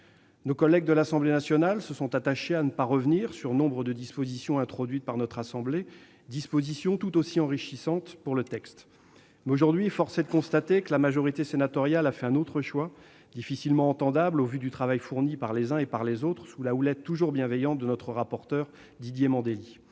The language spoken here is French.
Nos collègues de l'Assemblée nationale se sont attachés à ne pas revenir sur nombre de dispositions introduites par notre assemblée, dispositions toutes enrichissantes pour le texte ; mais, aujourd'hui, force est de constater que la majorité sénatoriale a fait un autre choix, difficilement audible compte tenu du travail fourni par les uns et par les autres, sous la houlette toujours bienveillante de notre rapporteur Didier Mandelli.